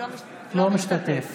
אינו משתתף